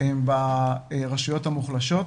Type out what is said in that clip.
הן ברשויות המוחלשות,